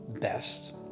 best